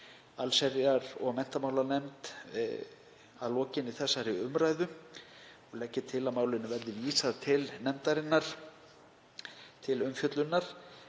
allsherjar- og menntamálanefnd. Að lokinni þessari umræðu legg ég til að málinu verði vísað til nefndarinnar til umfjöllunar.